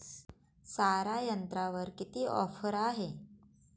सारा यंत्रावर किती ऑफर आहे?